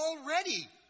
already